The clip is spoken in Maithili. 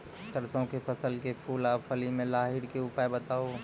सरसों के फसल के फूल आ फली मे लाहीक के उपाय बताऊ?